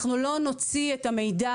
אנחנו לא נוציא את המידע,